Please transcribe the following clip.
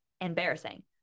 embarrassing